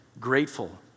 grateful